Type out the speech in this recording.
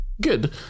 Good